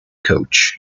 coach